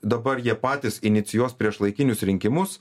dabar jie patys inicijuos priešlaikinius rinkimus